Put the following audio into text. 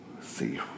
see